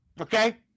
Okay